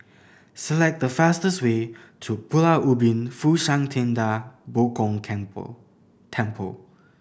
select the fastest way to Pulau Ubin Fo Shan Ting Da Bo Gong Temple Temple